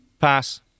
Pass